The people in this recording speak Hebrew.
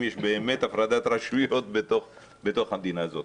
יש באמת הפרדת רשויות בתוך המדינה הזאת?